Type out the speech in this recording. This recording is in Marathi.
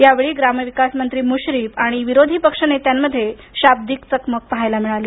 यावेळी ग्रामविकास मंत्री मुश्रीफ आणि विरोधी पक्षनेत्यांमध्ये शाब्दिक चकमक पाहायला मिळाली